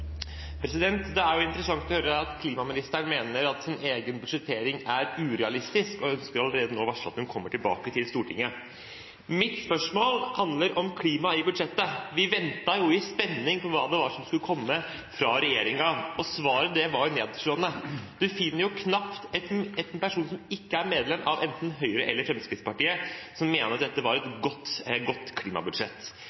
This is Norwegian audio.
interessant å høre at klimaministeren mener at hennes egen budsjettering er urealistisk, og at hun allerede nå ønsker å varsle at hun kommer tilbake til Stortinget. Mitt spørsmål handler om klima i budsjettet: Vi ventet i spenning på hva som skulle komme fra regjeringen, og svaret var nedslående. Man finner knapt en person, som ikke er medlem av enten Høyre eller Fremskrittspartiet, som mener at dette